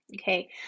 Okay